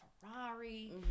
Ferrari